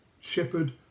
shepherd